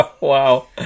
Wow